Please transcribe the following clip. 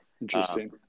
Interesting